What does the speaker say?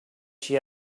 she